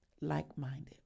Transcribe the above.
like-minded